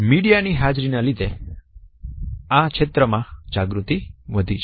media ની હાજરી ના લીધે આ ક્ષેત્ર બોડી લેંગ્વેજ માં જાગૃતિ વધી છે